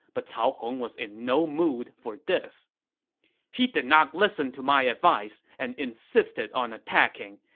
but cao hong was in no mood for this he did not listen to my advice and insisted on attacking,